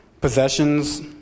possessions